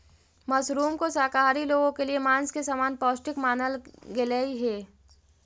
mushroom को शाकाहारी लोगों के लिए मांस के समान पौष्टिक मानल गेलई हे